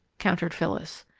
countered phyllis.